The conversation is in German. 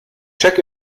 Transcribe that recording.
check